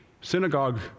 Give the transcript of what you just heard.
synagogue